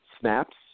snaps